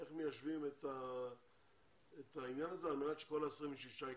איך מיישבים את העניין הזה על מנת שכל ה-26 ייכנסו?